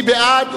מי בעד?